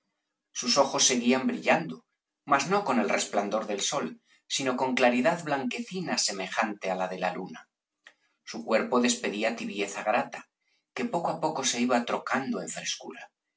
sus ojos seguían brillando mas no con el resplandor del sol sino con claridad blanquecina semejante á la de la luna su cuerpo despedía tibieza grata que poco á poco se iba trocando en frescura